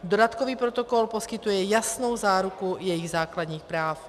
Dodatkový protokol poskytuje jasnou záruku jejich základních práv.